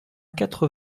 quatre